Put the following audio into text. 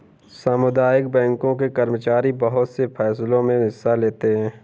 सामुदायिक बैंकों के कर्मचारी बहुत से फैंसलों मे हिस्सा लेते हैं